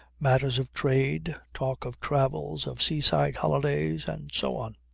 matters of trade, talk of travels, of seaside holidays and so on.